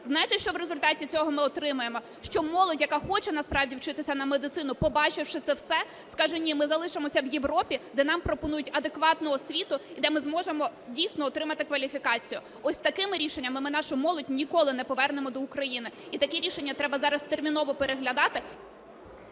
Знаєте, що в результаті цього ми отримаємо? Що молодь, яка хоче насправді вчитися на медицину, побачивши це все, скаже, ні, ми залишимося у Європі, де нам пропонують адекватну освіту і де ми зможемо дійсно отримати кваліфікацію. Ось такими рішеннями ми нашу молодь ніколи не повернемо до України, і таке рішення треба зараз терміново переглядати...